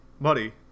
Buddy